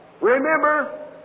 Remember